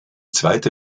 zweite